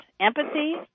empathy